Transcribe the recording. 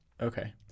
Okay